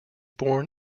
born